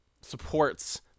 supports